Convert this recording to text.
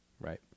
Right